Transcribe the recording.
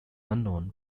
unknown